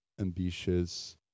ambitious